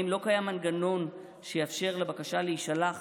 האם לא קיים מנגנון שיאפשר לבקשה להישלח